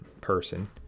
person